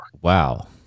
wow